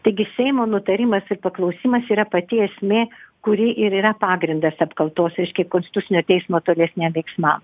taigi seimo nutarimas ir paklausimas yra pati esmė kuri ir yra pagrindas apkaltos reiškia konstitucinio teismo tolesniem veiksmam